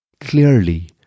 Clearly